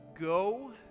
go